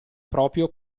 proprio